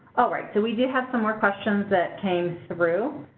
all right. so we do have some more questions that came through,